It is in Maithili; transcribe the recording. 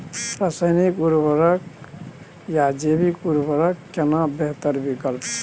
रसायनिक उर्वरक आ जैविक उर्वरक केना बेहतर विकल्प छै?